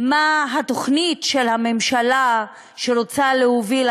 התוכנית שהממשלה רוצה להוביל,